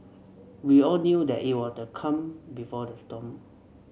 we all knew that it was the calm before the storm